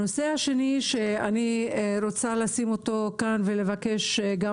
הנושא השני שאני רוצה לשים אותו כאן ולבקש גם